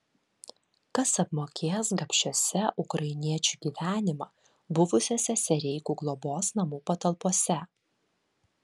kas apmokės gabšiuose ukrainiečių gyvenimą buvusiuose sereikų globos namų patalpose